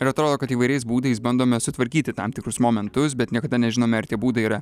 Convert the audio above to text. ir atrodo kad įvairiais būdais bandome sutvarkyti tam tikrus momentus bet niekada nežinome ar tie būdai yra